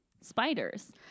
spiders